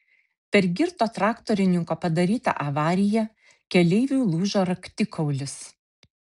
per girto traktorininko padarytą avariją keleiviui lūžo raktikaulis